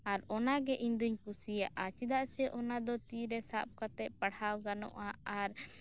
ᱟᱨ ᱚᱱᱟ ᱜᱮ ᱤᱧ ᱫᱩᱧ ᱠᱩᱥᱤᱭᱟᱜᱼᱟ ᱪᱮᱫᱟᱜ ᱥᱮ ᱚᱱᱟ ᱫᱚ ᱛᱤ ᱨᱮ ᱥᱟᱯ ᱠᱟᱛᱮ ᱯᱟᱲᱦᱟᱣ ᱜᱟᱱᱚᱜᱼᱟ